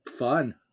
fun